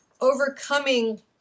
overcoming